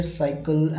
cycle